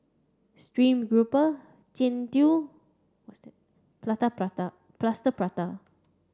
Stream Grouper Jian Dui Prata Plaster Prata